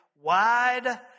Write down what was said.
wide